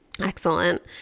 Excellent